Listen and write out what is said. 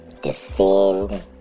defend